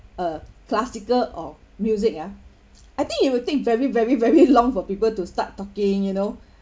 a classical or music ah I think it will take very very very long for people to start talking you know